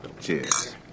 Cheers